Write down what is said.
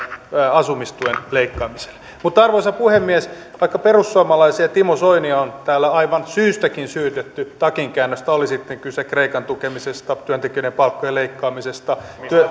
asumistuen leikkaamiselle arvoisa puhemies vaikka perussuomalaisia ja timo soinia on täällä aivan syystäkin syytetty takinkäännöstä oli sitten kyse kreikan tukemisesta työntekijöiden palkkojen leikkaamisesta